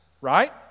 Right